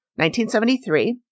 1973